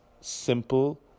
simple